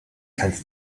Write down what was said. kannst